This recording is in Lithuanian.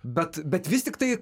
bet bet vis tiktai